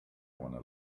wanna